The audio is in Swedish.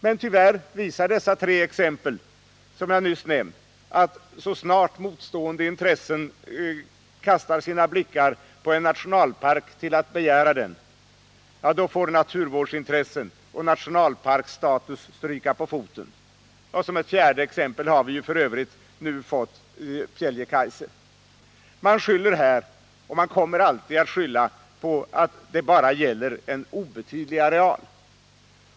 Men tyvärr visar de tre exempel jag nyss nämnt att så snart motstående intressen kastar sina blickar på en nationalpark till att begära den, så får naturvårdsintressen och nationalparksstatus stryka på foten. Som ett fjärde exempel har vi ju nu också fått Pieljekaise. Man skyller här liksom man alltid kommer att göra på att det bara gäller en obetydlig areal.